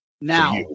Now